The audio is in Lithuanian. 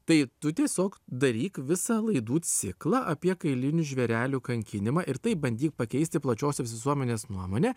tai tu tiesiog daryk visą laidų ciklą apie kailinių žvėrelių kankinimą ir taip bandyk pakeisti plačiosios visuomenės nuomonę